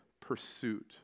pursuit